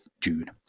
June